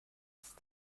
است